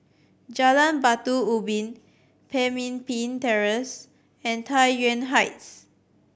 Jalan Batu Ubin Pemimpin Terrace and Tai Yuan Heights